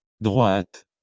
Droite